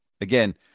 Again